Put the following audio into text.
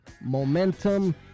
momentum